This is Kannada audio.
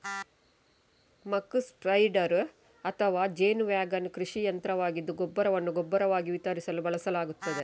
ಮಕ್ ಸ್ಪ್ರೆಡರ್ ಅಥವಾ ಜೇನು ವ್ಯಾಗನ್ ಕೃಷಿ ಯಂತ್ರವಾಗಿದ್ದು ಗೊಬ್ಬರವನ್ನು ಗೊಬ್ಬರವಾಗಿ ವಿತರಿಸಲು ಬಳಸಲಾಗುತ್ತದೆ